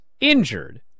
injured